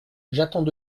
j’attends